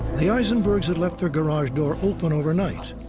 the aisenbergs had left their garage door open overnight.